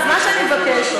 אז מה שאני מבקשת,